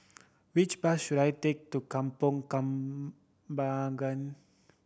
which bus should I take to Kampong Kembangan